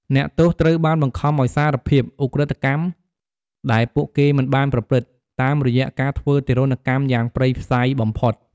អ្នកទោសត្រូវបានបង្ខំឱ្យសារភាព "ឧក្រិដ្ឋកម្ម" ដែលពួកគេមិនបានប្រព្រឹត្ត តាមរយៈការធ្វើទារុណកម្មយ៉ាងព្រៃផ្សៃបំផុត។